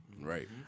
right